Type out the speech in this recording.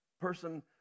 person